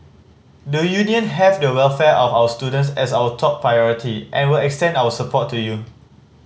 the Union have the welfare of our students as our top priority and will extend our support to you